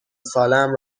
سالهام